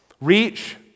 reach